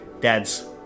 dad's